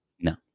No